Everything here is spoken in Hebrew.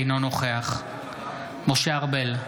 אינו נוכח משה ארבל,